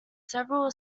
several